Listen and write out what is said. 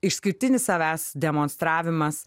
išskirtinis savęs demonstravimas